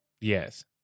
Yes